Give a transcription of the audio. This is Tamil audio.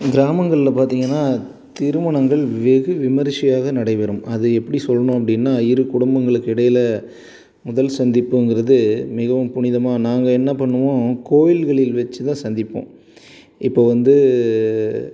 கிராமங்களில் பார்த்தீங்கன்னா திருமணங்கள் வெகு விமர்சையாக நடைப்பெறும் அது எப்படி சொல்லணும் அப்படின்னா இரு குடும்பங்களுக்கு இடையில் முதல் சந்திப்புங்கிறது மிகவும் புனிதமாக நாங்கள் என்ன பண்ணுவோம் கோவில்களில் வச்சி தான் சந்திப்போம் இப்போ வந்து